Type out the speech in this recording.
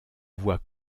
voit